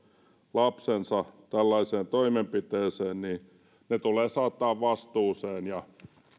lapsensa tällaiseen toimenpiteeseen tulee saattaa vastuuseen ja